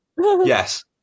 Yes